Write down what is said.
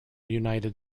united